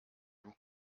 dem